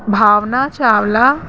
Bhavna Chawla